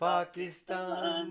Pakistan